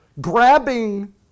grabbing